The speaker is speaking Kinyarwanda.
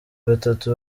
batatu